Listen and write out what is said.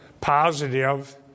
positive